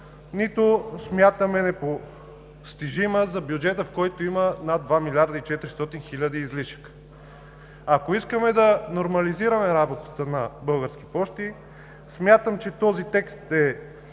нито смятаме, че е непостижима за бюджета, в който има над 2 млрд. 400 млн. лв. излишък. Ако искаме да нормализираме работата на Български пощи, смятам, че този текст е